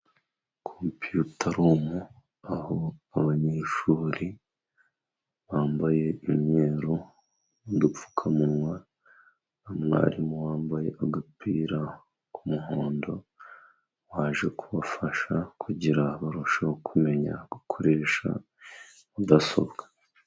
Kompiyuta rumu aho abanyeshuri bambaye imyeru , udupfukamunwa na mwarimu wambaye agapira k'umuhondo waje kubafasha kugira barusheho kumenya gukoresha mudasobwa.